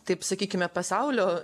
taip sakykime pasaulio